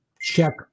check